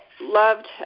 loved